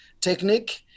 technique